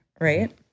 right